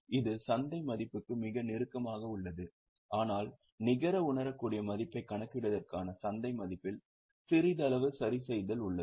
இது சந்தை மதிப்புக்கு மிக நெருக்கமாக உள்ளது ஆனால் நிகர உணரக்கூடிய மதிப்பைக் கணக்கிடுவதற்கான சந்தை மதிப்பில் சிறிதளவு சரிசெய்தல் அவசியம்